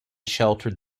sheltered